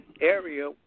area